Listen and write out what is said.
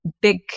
Big